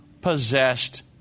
possessed